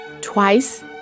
Twice